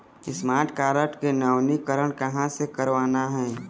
Smart card के नवीनीकरण कहां से करवाना हे?